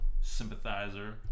sympathizer